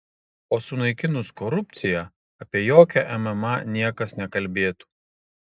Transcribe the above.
o sunaikinus korupciją apie jokią mma niekas nekalbėtų